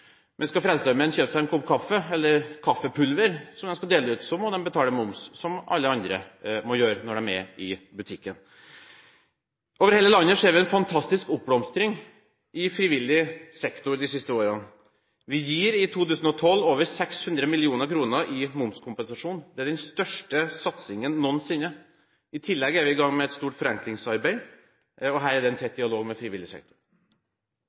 Men skal Frelsesarmeen kjøpe seg en kopp kaffe, eller kaffepulver, som de skal dele ut, må de betale moms – som alle andre må gjøre når de er i butikken. Over hele landet har vi sett en fantastisk oppblomstring i frivillig sektor de siste årene. Vi gir i 2012 over 600 mill. kr i momskompensasjon. Det er den største satsingen noensinne. I tillegg er vi i gang med et stort forenklingsarbeid, og her er det en tett dialog med frivillig sektor.